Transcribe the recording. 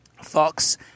fox